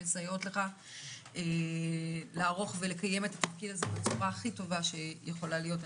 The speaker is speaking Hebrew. מסייעות לך לערוך ולקיים את התפקיד הזה בצורה הכי טובה שיכולה להיות.